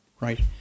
right